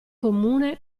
comune